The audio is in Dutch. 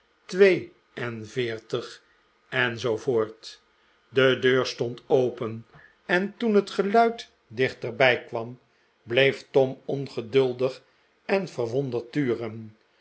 twee en veertig en zoo voort de deur stond open en toen het geluid dichterbij kwam bleef tom ongeduldig en verwonderd turen